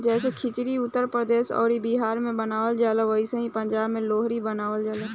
जैसे खिचड़ी उत्तर प्रदेश अउर बिहार मे मनावल जाला ओसही पंजाब मे लोहरी मनावल जाला